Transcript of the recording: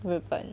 日本